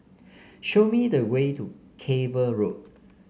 show me the way to Cable Road